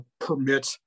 permit